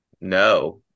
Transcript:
No